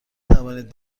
توانید